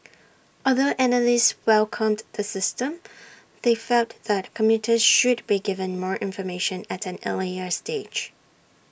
although analysts welcomed the system they felt that commuters should be given more information at an earlier stage